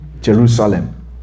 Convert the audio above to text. Jerusalem